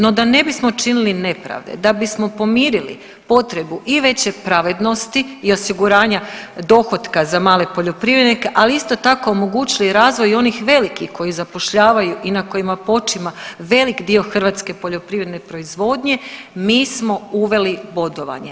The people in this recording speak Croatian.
No, da ne bismo činili nepravde, da bismo pomirili i veće pravednosti i osiguranja dohotka za male poljoprivrednike, ali isto tako omogućili razvoj i onih velikih koji zapošljavaju i na kojima počima velik dio hrvatske poljoprivredne proizvodnje mi smo uveli bodovanje.